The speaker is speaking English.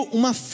uma